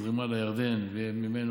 את הזרימה לירדן וממנו